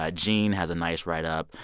ah gene has a nice write-up.